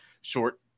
short